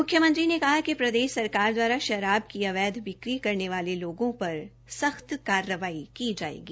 मुख्यमंत्री ने कहा कि प्रदेश सरकार द्वारा शराब की अवैध बिक्री करने वाले लोगों पर सख्त कार्रवाई की जायेगी